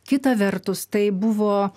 kita vertus tai buvo